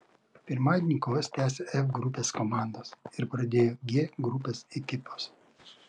pirmadienį kovas tęsė f grupės komandos ir pradėjo g grupės ekipos